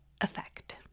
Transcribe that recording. effect